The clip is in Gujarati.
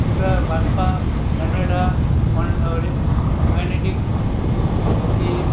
સ્કૂટર વાસ્પા લેમરેટા કાયનેટિક પછી